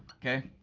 okay,